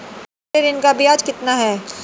मेरे ऋण का ब्याज कितना है?